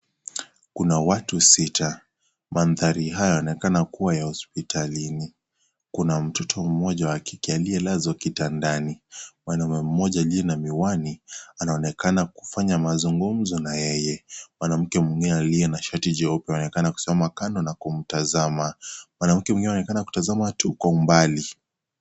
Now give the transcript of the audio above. Kuna watu sita, mandhari hayo yanaonekana kuwa ya hospitalini. Kuna mtoto mmoja wa kike aliyelazwa kitandani. Mwanaume mmoja aliye na miwani, anaonekana kufanya mazungumzo na yeye Mwanamke mwengine aliye na shati cheupe anaonekana kusimama kando na kumtazama. Mwanamke mwengine anaonekana kutazama tu kwa umbali.